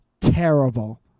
terrible